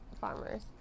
farmers